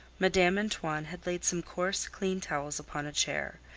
madame antoine had laid some coarse, clean towels upon a chair,